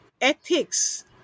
ethics